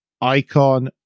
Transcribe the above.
Icon